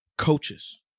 Coaches